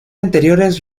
anteriores